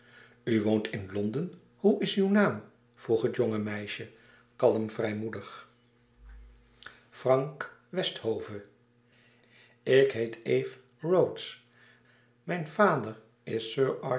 u woont in londen hoe is uw naam vroeg het jonge meisje kalm vrijmoedig frank westhove ik heet eve rhodes mijn vader is